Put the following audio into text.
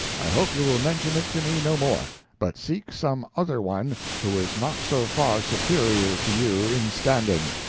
i hope you will mention it to me no more but seek some other one who is not so far superior to you in standing.